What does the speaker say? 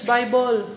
Bible